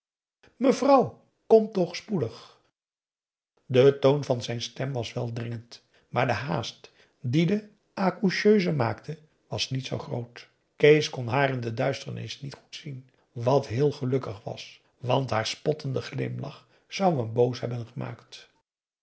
mevrouw kom toch spoedig de toon van zijn stem was wel dringend maar de haast die de accoucheuse maakte was niet zoo groot kees kon haar in de duisternis niet goed zien wat heel gelukkig was want haar spottende glimlach zou hem boos hebben gemaakt